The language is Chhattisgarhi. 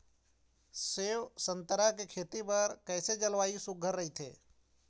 सेवा संतरा के खेती बर कइसे जलवायु सुघ्घर राईथे?